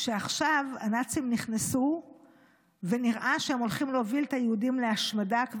שעכשיו הנאצים נכנסו ונראה שהם הולכים להוביל את היהודים להשמדה,